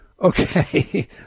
Okay